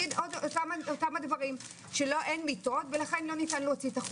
במערך הגריאטריה הפעילה ולקבל את הטיפול.